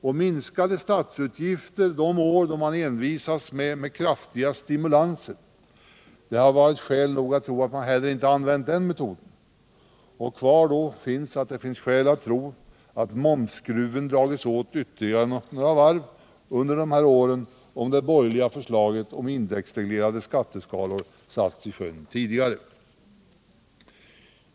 Det finns skäl att anta att man inte heller hade försökt minska statsutgifterna — under de år då man envisats med kraftiga stimulanser. Kvar finns en utväg; det finns skäl att tro att momsskruven hade dragits åt ytterligare några varv under de här åren om det borgerliga förslaget om indexreglerade skatteskalor hade satts i sjön tidigare.